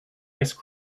ice